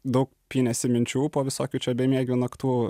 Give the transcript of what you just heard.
daug pynėsi minčių po visokių čia bemiegių naktų